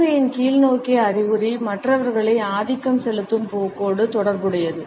உள்ளங்கையின் கீழ்நோக்கிய அறிகுறி மற்றவர்களை ஆதிக்கம் செலுத்தும் போக்கோடு தொடர்புடையது